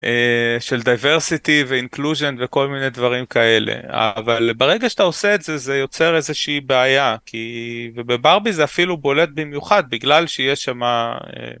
של דיוורסיטי ואינקלוז'ן וכל מיני דברים כאלה אבל ברגע שאתה עושה את זה זה יוצר איזושהי בעיה כי בברבי זה אפילו בולט במיוחד בגלל שיש שם.